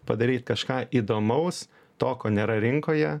padaryt kažką įdomaus to ko nėra rinkoje